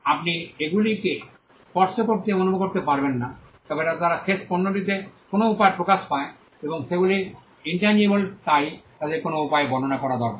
আপনি এগুলিকে স্পর্শ করতে এবং অনুভব করতে পারবেন না তবে তারা শেষ পণ্যটিতে কোনও উপায়ে প্রকাশ পায় এবং সেগুলি ইন্ট্যাঙিবেল তাই তাদের কোনও উপায়ে বর্ণনা করা দরকার